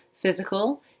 Physical